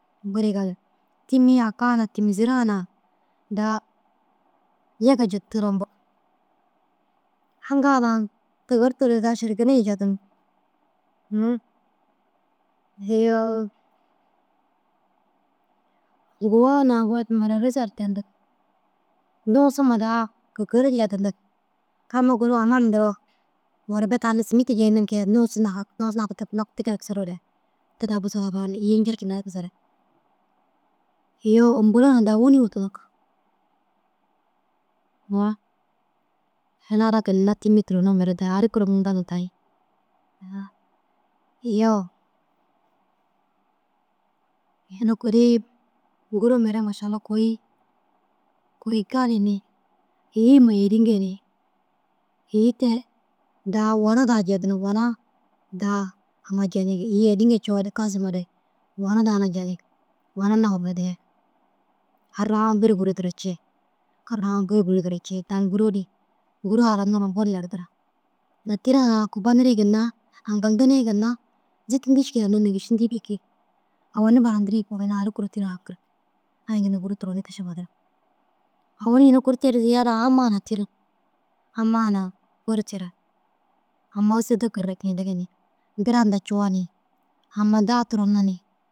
Buri gali tîmmi aka hunaa tîmzira hunaa daha yege jik turompug haŋga hunaa gigirtu daha šergeniye jedinig. Ũũ iyoo yûguwaa na gowotimare ôroza ru cendig. Duusu ma daha kêkera jedindig. Amma guru hamal ndiroo werebet ai sîmiti jeeyindiŋa kee ru dusuu naku naku kee kisiruure daha busoo îyi njircine kee tigisoore. Iyoo ômpolo hunaa daha wîni fûdunug. Ũũ una ara ginna tîmmi turonma mere daa ai ru kûro munda na tayi. Ũũ iyoo yunu kurii Gûro mere mašallau kôi gali ni îyi ma ênige ni îyi te daha wona jedinig wonaa daha haŋi jedinig. Îyi ênige coore kazimare wona daha jenig wona nafa bu dîdi haruwa buru Gûro duro cii tani Gûro haranuruu lerdir mêha kubbonirii ginna aŋkaldinii ginna zîtindii cikii hunnoo nêgešindii bêki. Owoni burandirii yikoo ginna ari kûro tira haŋkirig. Ai ginna Gûro turon kišima duro. Owonni ini kuri te ziyaada amma hunaa tîra amma huna buru tîra amma ôsurda karamjindigi ni bira hundaã cuwa ni amma daha turona ni.